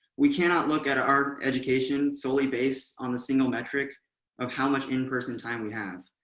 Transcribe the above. we cannot look at our education solely based on a single metric of how much in-person time we have.